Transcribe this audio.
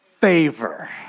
Favor